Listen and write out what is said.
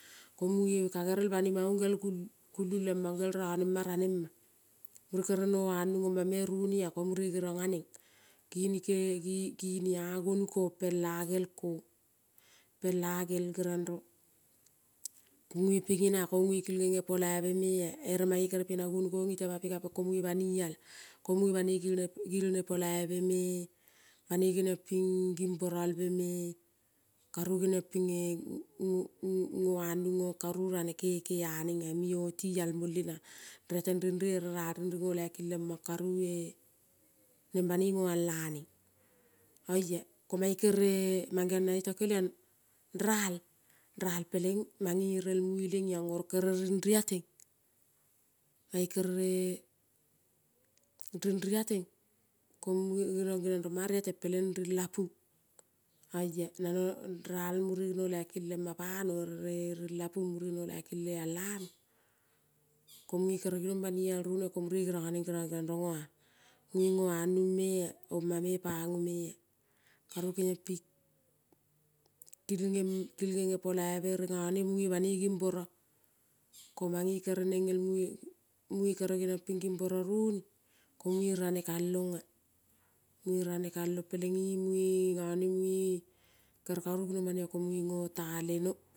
Ko muge ka gerel bani mong gel gul gulung lemang gel rane ma, mure kere noanong amame ronia ko mure gerong anen kinike gi kini agonu kong pela gel kong. Pela gel gerong rong onga pegina ko onge kilnge nge polaive mea. ere mae kere pena gonu kong itema pikapeng ko muge banial ko munge banoi gilne, gilne polaive me, banoi genang ping gimboralveme karu geniong pinge, ngoanong ong karu rane keke anenga gemeti oti al mole na reteng renre, ere ral renre ngo laikilemang karue neng banoi ngoial laneng oia. Komae kere mang geong na iots keliang ral, ral peleng mange rel mueleng iong oro kere ring riateng. Mae kere ring raiteng ko munge giro geneong rong manga ring riateng peleng ring lapun. oia nano ral mure no laiki le ma pano oro re ri lapun mure no laiki le al ano. Ko munge kere ainong banial rune ko mure geriong aneng rong oa nge ngo anong mea, omame pa go mea karu kengiang ping kilngem kilnge nge polaive ere ngane munge banoi gimbora, ko mange kere neng ngel mue kere geniong ping gimbora roni ko mue ranekalong a mue ranekalong, peleng ing mue gane mue kere karu genong banoi ko munge ngo ta leno.